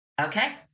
Okay